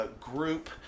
group